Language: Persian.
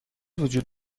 وجود